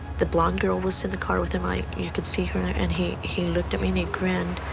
the blonde girl was in the car with him. i mean you could see her there. and he he looked at me. and he grinned.